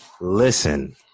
listen